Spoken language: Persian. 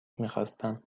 میخواستم